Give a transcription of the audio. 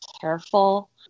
careful